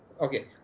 Okay